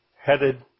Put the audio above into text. headed